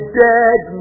dead